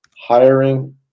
hiring